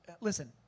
listen